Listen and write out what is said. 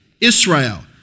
Israel